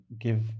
give